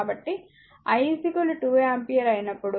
కాబట్టి I 2 ampere అయినప్పుడు